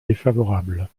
défavorable